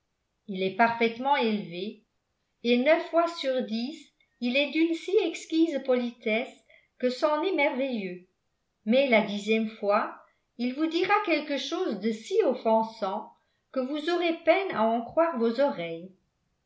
il est parfaitement élevé et neuf fois sur dix il est d'une si exquise politesse que c'en est merveilleux mais la dixième fois il vous dira quelque chose de si offensant que vous aurez peine à en croire vos oreilles